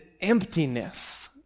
emptiness